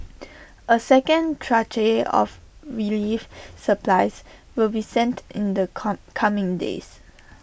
A second tranche of relief supplies will be sent in the come coming days